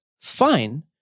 Fine